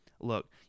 Look